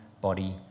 body